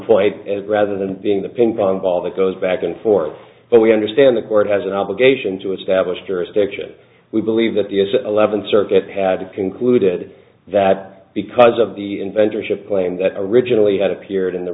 point rather than being the ping pong ball that goes back and forth but we understand the court has an obligation to establish jurisdiction if we believe that the eleventh circuit had concluded that because of the inventor ship claim that originally had appeared in the